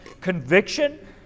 conviction